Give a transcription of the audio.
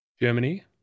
Germany